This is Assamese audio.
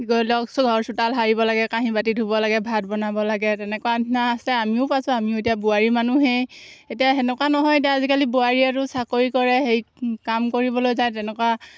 গৈ লওক চোতাল সাৰিব লাগে কাঁহী বাটি ধুব লাগে ভাত বনাব লাগে তেনেকুৱা নিচিনা আছে আমিও পাইছোঁ আমিও এতিয়া বোৱাৰী মানুহেই এতিয়া সেনেকুৱা নহয় এতিয়া আজিকালি বোৱাৰীয়েতো চাকৰি কৰে সেই কাম কৰিবলৈ যায় তেনেকুৱা